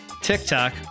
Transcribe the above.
TikTok